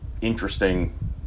interesting